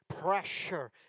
pressure